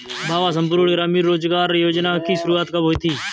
बाबा संपूर्ण ग्रामीण रोजगार योजना की शुरुआत कब हुई थी?